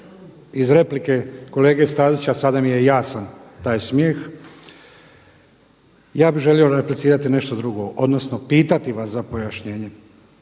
iz replike kolege Stazića sada mi je jasan taj smijeh. Ja bih želio replicirati nešto drugo odnosno pitati vas za pojašnjenje.